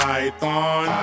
Python